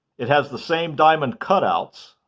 it has the same diamond cutouts